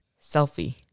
Selfie